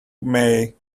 may